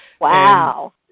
Wow